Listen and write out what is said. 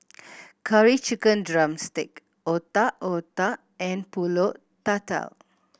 Curry Chicken drumstick Otak Otak and Pulut Tatal